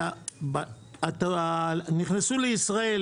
היה, נכנסו לישראל